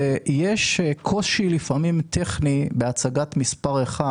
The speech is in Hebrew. יש קושי טכני לפעמים בהצגת מספר אחד,